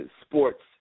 sports